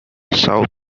south